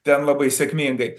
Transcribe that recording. ten labai sėkmingai